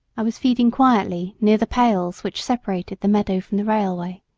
i was feeding quietly near the pales which separated the meadow from the railway,